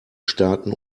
starten